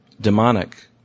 demonic